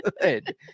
good